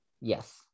yes